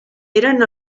eren